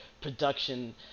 production